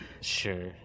Sure